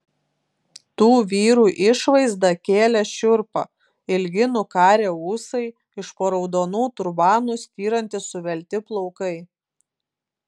tų vyrų išvaizda kėlė šiurpą ilgi nukarę ūsai iš po raudonų turbanų styrantys suvelti plaukai